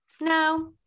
no